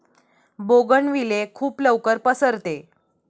bougainvillea खूप लवकर पसरते